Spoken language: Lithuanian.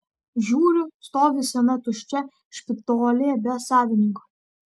žiūriu stovi sena tuščia špitolė be savininko